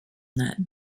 that